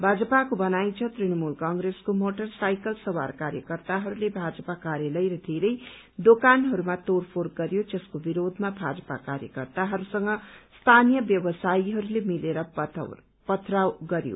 भाजपाको भनाई छ तृणमूल कंग्रेसको मोटरसाइकल सवार कार्यकर्ताहरूले भाजपा कार्यालय र धेरै दोकानहरूमा तोड़फोड़ गरवो जसको विरोधमा भाजपा कार्यकर्ताहरूसँग स्थानीय व्यावसायीहरूले मिलेर पथावरोष गरयो